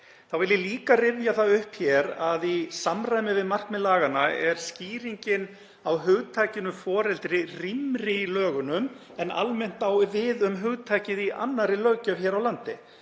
Þá vil ég líka rifja það upp hér að í samræmi við markmið laganna er skýringin á hugtakinu foreldri rýmri í lögunum en almennt á við um hugtakið í annarri löggjöf hér á landi,